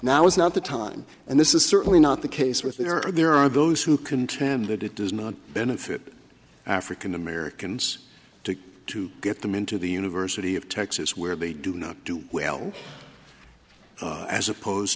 now is not the time and this is certainly not the case with there are there are those who contend that it does not benefit african americans to to get them into the university of texas where they do not do well as opposed